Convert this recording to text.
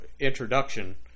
introduction